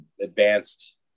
advanced